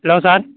hello sir